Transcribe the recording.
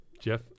Jeff